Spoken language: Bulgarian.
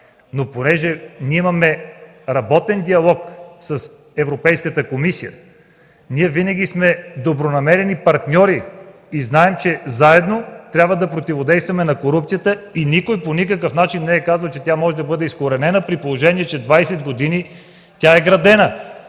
Но понеже ние имаме работен диалог с Европейската комисия, ние винаги сме добронамерени партньори и знаем, че заедно трябва да противодействаме на корупцията и никой по никакъв начин не е казал, че тя може да бъде изкоренена, при положение че 20 години е градена.